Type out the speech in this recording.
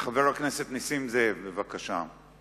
חבר הכנסת נסים זאב, בבקשה.